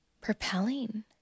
propelling